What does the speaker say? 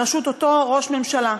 בראשות אותו ראש ממשלה.